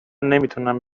نمیتونم